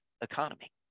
economy